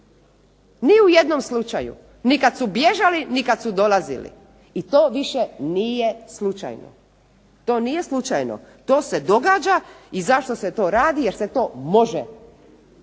ni u jednom slučaju, ni kada su bježali ni kada su dolazili. To više nije slučajno. To nije slučajno, to se događa i zašto se to radi, jer se to može događati.